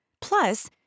plus